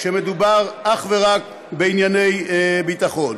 כשמדובר אך ורק בענייני ביטחון.